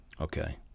Okay